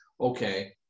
Okay